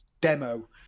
demo